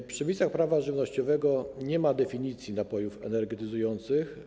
W przepisach prawa żywnościowego nie ma definicji napojów energetyzujących.